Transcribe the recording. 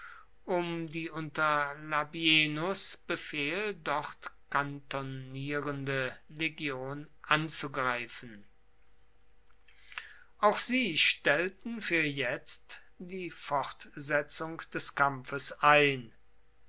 um die unter labienus befehl dort kantonnierende legion anzugreifen auch sie stellten für jetzt die fortsetzung des kampfes ein